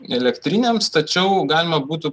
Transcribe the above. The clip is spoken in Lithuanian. elektrinėms tačiau galima būtų